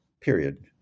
period